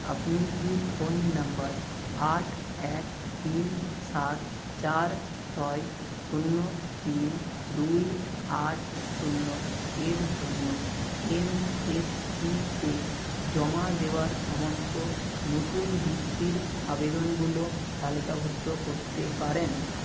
আপনি কি phone number আট এক তিন সাত চার ছয় শূন্য তিন দুই আট শূন্য এর জন্য এন এস পিতে জমা দেওয়ার সমস্ত নতুন বৃত্তির আবেদনগুলো তালিকাভুক্ত করতে পারেন